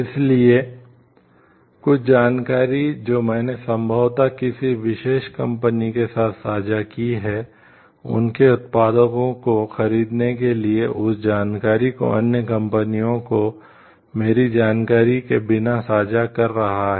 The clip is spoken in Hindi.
इसलिए कुछ जानकारी जो मैंने संभवतः किसी विशेष कंपनी के साथ साझा की है उनके उत्पादों को खरीदने के लिए उस जानकारी को अन्य कंपनियों को मेरी जानकारी के बिना साझा कर रहा है